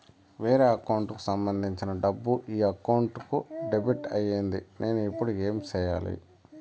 వేరే అకౌంట్ కు సంబంధించిన డబ్బు ఈ అకౌంట్ కు డెబిట్ అయింది నేను ఇప్పుడు ఏమి సేయాలి